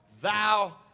thou